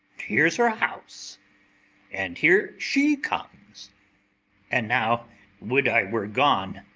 here's her house and here she comes and now would i were gone!